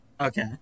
Okay